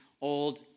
Old